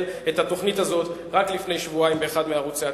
את התוכנית הזאת רק לפני שבועיים באחד מערוצי הטלוויזיה.